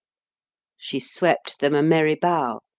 she swept them a merry bow,